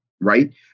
right